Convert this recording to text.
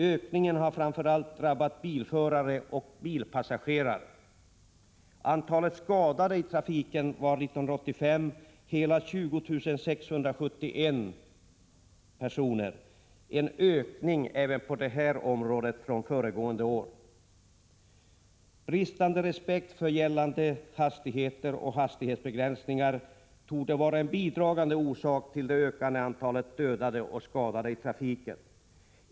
Ökningen har framför allt drabbat bilförare och bilpassagerare. Antalet skadade i trafiken var 1985 hela 20 671. Även det är en ökning från föregående år. Bristande respekt för gällande hastigheter och hastighetsbegränsningar torde vara en bidragande orsak till det ökande antalet dödade och skadade i trafiken.